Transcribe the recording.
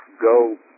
go